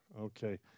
Okay